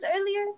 earlier